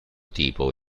tipo